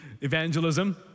evangelism